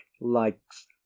likes